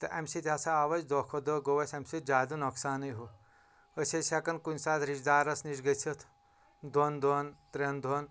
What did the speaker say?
تہٕ امہِ سۭتۍ ہسا آو اسہِ دۄہ کھۄتہٕ دۄہ گوٚو اسہِ امہِ سۭتۍ زیادٕ نۄقصانٕے ہُہ أسۍ ٲسۍ ہٮ۪کان کُنہِ ساتہٕ رشتہٕ دارس نِش گٔژھِتھ دۄن دۄہن ترٛین دۄہن